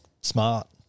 smart